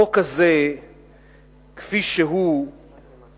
החוק הזה כפי שהוא מטיל,